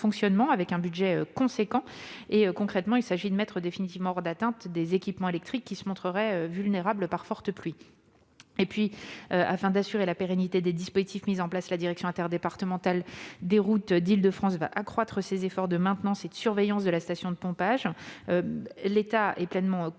de la station. Concrètement, il s'agit de mettre définitivement hors d'atteinte des équipements électriques qui se montreraient vulnérables par forte pluie. Afin d'assurer la pérennité des dispositifs mis en place, la direction interdépartementale des routes d'Île-de-France va accroître ses efforts de maintenance et de surveillance de la station de pompage. L'État est pleinement conscient